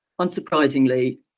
Unsurprisingly